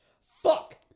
Fuck